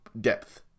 depth